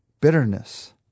Bitterness